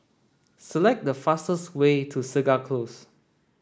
select the fastest way to Segar Close